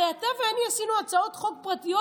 הרי אתה ואני עשינו הצעות חוק פרטיות,